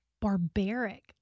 barbaric